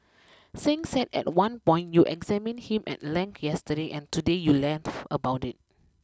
Singh said at one point you examined him at length yesterday and today you laugh about it